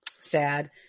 sad